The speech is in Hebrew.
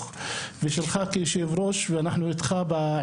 אז איך זה הגיוני?